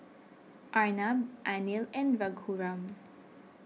Arnab Anil and Raghuram